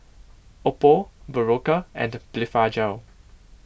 Oppo Berocca and Blephagel